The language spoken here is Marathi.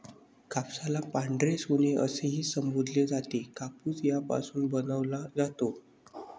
कापसाला पांढरे सोने असेही संबोधले जाते, कापूस यापासून बनवला जातो